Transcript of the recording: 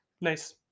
Nice